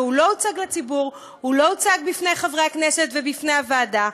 והוא לא הוצג לציבור והוא לא הוצג בפני חברי הכנסת ובפני הוועדה.